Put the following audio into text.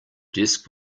desk